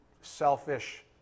selfish